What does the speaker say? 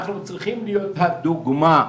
אנחנו צריכים להיות הדוגמה.